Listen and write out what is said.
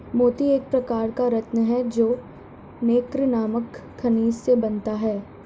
मोती एक प्रकार का रत्न है जो नैक्रे नामक खनिज से बनता है